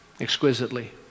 exquisitely